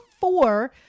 four